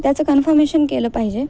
त्याचं कन्फर्मेशन केलं पाहिजे